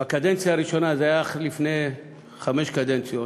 בקדנציה הראשונה שלי, שהייתה לפני חמש קדנציות,